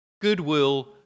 goodwill